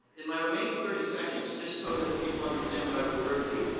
in my remaining thirty seconds. just so that people understand what i refer to.